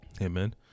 Amen